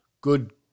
good